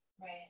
Right